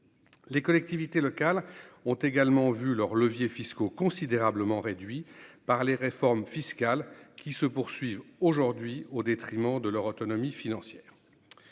les collectivités locales ont également vu leurs leviers fiscaux considérablement réduit par les réformes fiscales qui se poursuivent aujourd'hui au détriment de leur autonomie financière,